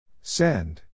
Send